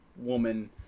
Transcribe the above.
woman